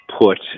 put